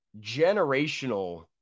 generational